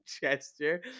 gesture